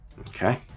Okay